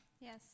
Yes